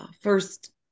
first